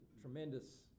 tremendous